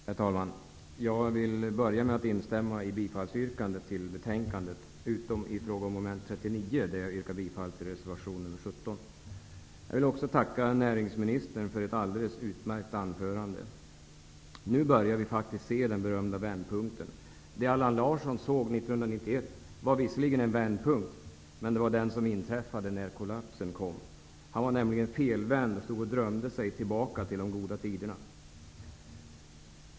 Herr talman! Jag vill börja med att instämma i bifallsyrkandet till hemställan i betänkandet, utom i fråga om mom. 39 där jag yrkar bifall till reservation nr 17. Jag vill också tacka näringsministern för ett alldeles utmärkt anförande. Nu börjar vi faktiskt se den berömda vändpunkten. Det Allan Larsson såg 1991 var visserligen en vändpunkt. Men det var den som inträffade när kollapsen kom. Han stod nämligen felvänd och drömde sig bakåt till de goda tiderna.